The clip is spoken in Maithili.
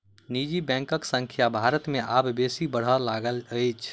निजी बैंकक संख्या भारत मे आब बेसी बढ़य लागल अछि